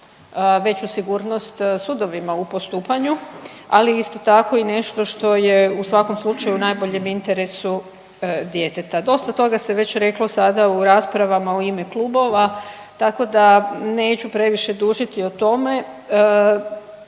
veću sigurnost sudovima u postupanju, ali isto tako i nešto što je u svakom slučaju u najboljem interesu djeteta. Dosta toga se već reklo sada u raspravama u ime klubova tako da neću previše dužiti o tome.